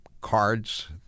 cards